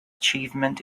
achievement